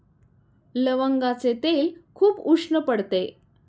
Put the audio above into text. लवंगाचे तेल खूप उष्ण पडते